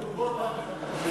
תטענו כל פעם מחדש.